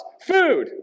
Food